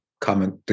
comment